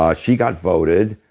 ah she got voted